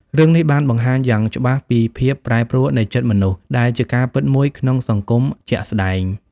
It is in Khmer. រឿងនេះបាន បង្ហាញយ៉ាងច្បាស់ពីភាពប្រែប្រួលនៃចិត្តមនុស្ស ដែលជាការពិតមួយក្នុងសង្គមជាក់ស្តែង។